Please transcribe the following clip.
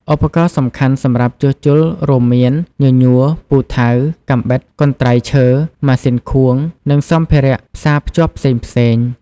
ឧបករណ៍សំខាន់សម្រាប់ជួសជុលរួមមាន ញញួរ ពូថៅ កាំបិត កន្ត្រៃឈើ ម៉ាស៊ីនខួង និងសម្ភារៈផ្សាភ្ជាប់ផ្សេងៗ។